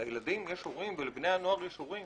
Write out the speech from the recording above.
לילדים יש הורים ולבני הנוער יש הורים.